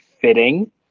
fitting